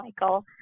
Michael